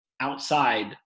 outside